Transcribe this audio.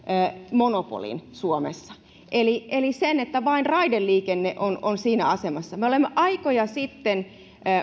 monopolin suomessa eli eli sen että vain raideliikenne on on siinä asemassa me olemme aikoja sitten